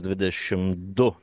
dvidešim du